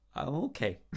Okay